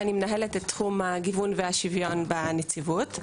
ואני מנהלת את תחום הגיוון והשוויון בנציבות.